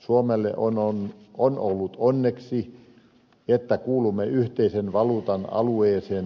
suomelle on ollut onneksi että kuulumme yhteisen valuutan alueeseen